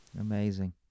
Amazing